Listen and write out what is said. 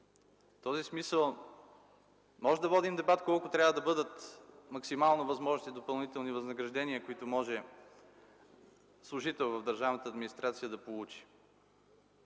В този смисъл може да водим дебат колко трябва да бъдат максимално възможните допълнителни възнаграждения, които може служител в държавната администрация да получи,